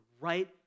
right